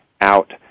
out